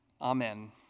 Amen